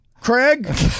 Craig